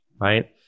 right